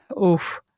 oof